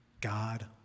God